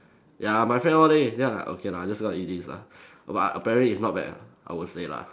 ya my friend all there then I like okay lah I just gonna eat this lah but apparently it's not bad lah I would say lah